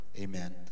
amen